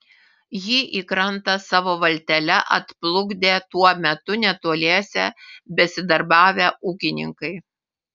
jį į krantą savo valtele atplukdė tuo metu netoliese besidarbavę ūkininkai